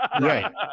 Right